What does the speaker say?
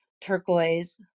turquoise